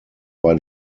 bei